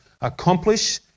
accomplish